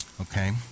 okay